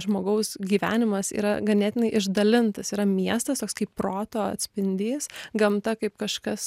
žmogaus gyvenimas yra ganėtinai išdalintas yra miestas toks kaip proto atspindys gamta kaip kažkas